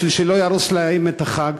בשביל שלא יהרוס להם את החג?